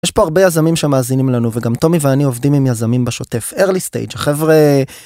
יש פה הרבה יזמים שמאזינים לנו וגם תומי ואני עובדים עם יזמים בשוטף early stage חבר'ה.